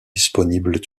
disponibles